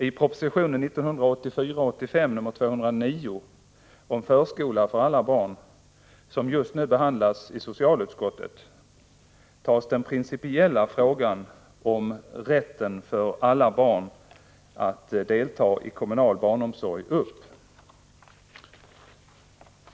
I propositionen om Förskola för alla barn, som just nu behandlas i socialutskottet, tas den principiella frågan om rätten för alla barn att delta i kommunal barnomsorg upp.